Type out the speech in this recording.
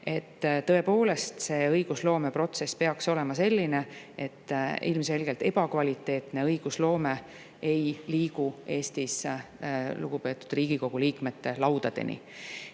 Tõepoolest, õigusloomeprotsess peaks olema selline, et ilmselgelt ebakvaliteetne õigusloome ei liigu Eestis lugupeetud Riigikogu liikmete laudadele. Ka